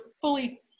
fully